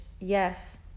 yes